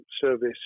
service